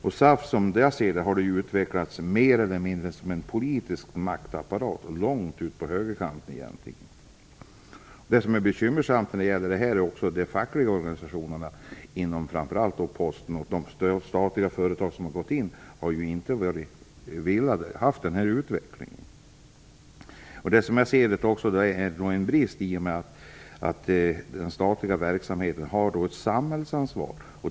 SAF har, som jag ser det, utvecklats mer eller mindre som en politisk maktapparat långt ut på högerkanten. Det är bekymmersamt för de fackliga organisationerna inom framför allt Posten. De statliga företag som har gått med har inte velat ha den här utvecklingen. Det finns en brist här, eftersom den statliga verksamheten skall ha ett samhällsansvar.